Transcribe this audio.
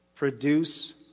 produce